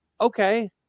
Okay